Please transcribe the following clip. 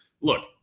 look